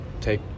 take